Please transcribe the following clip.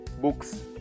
books